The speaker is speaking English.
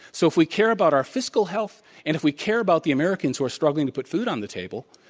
so if we care about our fiscal health, and if we care about the americans who are struggling to put food on the table,